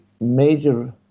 major